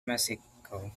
mexico